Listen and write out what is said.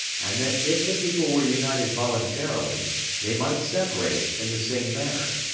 and that if the people were united voluntarily they might separate in the same manner.